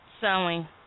sewing